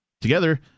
Together